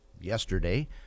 yesterday